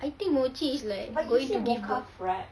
I think mochi is like going to give birth